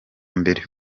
mbere